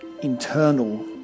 internal